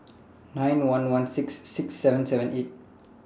nine one one six six seven seven eight